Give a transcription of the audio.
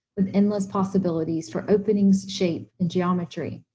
with endless possibilities for openings, shape, and geometry.